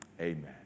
amen